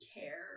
care